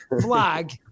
flag